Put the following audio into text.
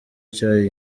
cya